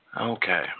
Okay